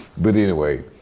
but anyway.